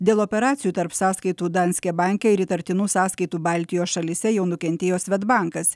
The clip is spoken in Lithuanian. dėl operacijų tarp sąskaitų danske banke ir įtartinų sąskaitų baltijos šalyse jau nukentėjo svedbankas